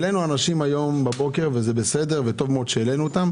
העלינו הבוקר אנשים, וטוב שהעלינו אותם.